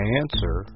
answer